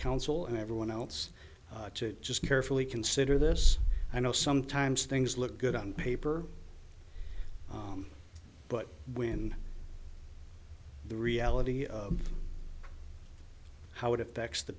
council and everyone else to just carefully consider this i know sometimes things look good on paper but when the reality of how it affects the